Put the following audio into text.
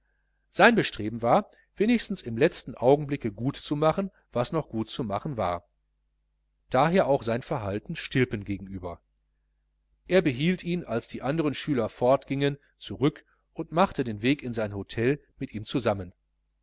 sein bestreben war wenigstens im letzten augenblicke gut zu machen was noch gut zu machen war daher auch sein verhalten stilpen gegenüber er behielt ihn als die anderen schüler fortgingen zurück und machte den weg in sein hotel mit ihm zusammen